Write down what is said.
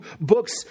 books